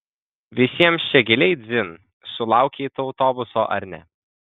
visiems čia giliai dzin sulaukei tu autobuso ar ne